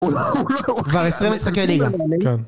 כבר 20 משחקי ליגה כן